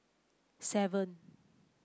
seven